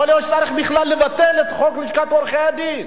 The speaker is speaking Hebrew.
יכול להיות שצריך בכלל לבטל את חוק לשכת עורכי-הדין.